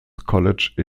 college